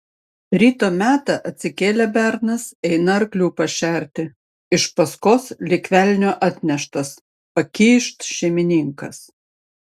ryto metą atsikėlė bernas eina arklių pašerti iš paskos lyg velnio atneštas pakyšt šeimininkas